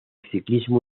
ciclismo